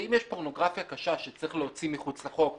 ואם יש פורנוגרפיה קשה שצריך להוציא מחוץ לחוק,